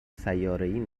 سیارهای